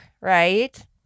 right